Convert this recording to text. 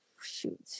shoot